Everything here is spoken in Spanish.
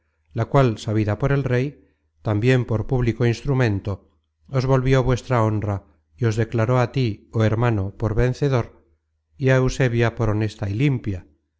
la cual sabida por el rey tambien por público instrumento os volvió vuestra honra y os declaró á tí oh hermano por vencedor y á eusebia por honesta y limpia